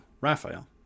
Raphael